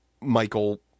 Michael